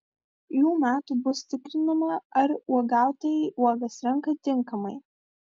jų metų bus tikrinama ar uogautojai uogas renka tinkamai